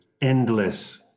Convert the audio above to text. endless